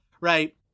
right